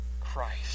Christ